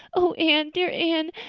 oh, anne, dear anne,